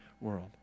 world